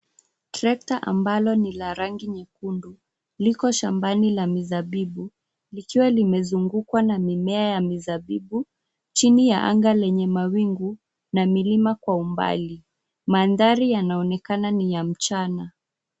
Trekta ambalo ni la rangi nyekundu, liko shambani la mizabibu, likiwa limezungukwa na mimea ya mizabibu, chini ya anga lenye mawingu, na milima kwa umbali. Mandhari yanaonekana ni ya mchana.